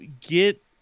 get